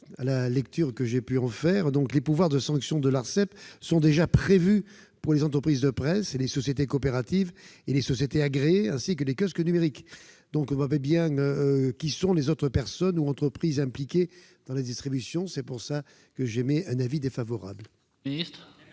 semble toutefois manquer de clarté. Les pouvoirs de sanction de l'Arcep sont déjà prévus pour les entreprises de presse, les sociétés coopératives et les sociétés agréées, ainsi que les kiosques numériques. On ne voit pas bien qui sont les autres personnes ou entreprises impliquées dans la distribution. Pour cette raison, j'émets un avis défavorable